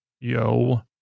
yo